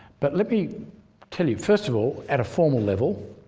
but let me tell you first of all at a formal level,